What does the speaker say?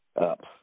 Up